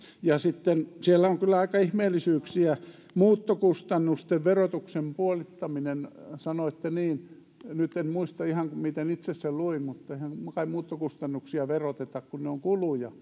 sitten siellä on kyllä aika ihmeellisyyksiä muuttokustannusten verotuksen puolittaminen sanoitte niin nyt en muista ihan miten itse sen luin mutta eihän kai muuttokustannuksia veroteta kun ne ovat kuluja